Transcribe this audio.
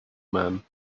man